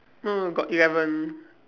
no got eleven